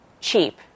cheap